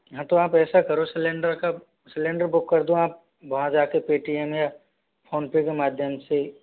हाँ तो आप ऐसा करो सिलेंडर का सिलेंडर बुक कर दो आप वहाँ जाकर पेटीएम या फ़ोनपे के माध्यम से